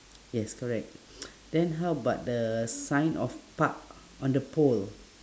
yes correct then how about the sign of park on the pole